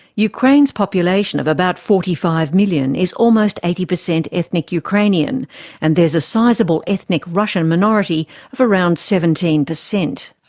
ukraine's population of about forty five million is almost eighty percent ethnic ukrainian and there's a sizeable ethnic russian minority of around seventeen percent.